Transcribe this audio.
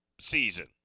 season